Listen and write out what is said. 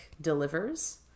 delivers